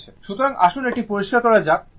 সুতরাং আসুন এটি পরিষ্কার করা যাক